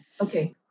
Okay